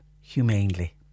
humanely